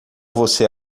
você